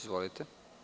Izvolite.